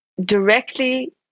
directly